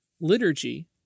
Liturgy